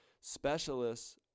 Specialists